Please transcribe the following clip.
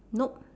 nope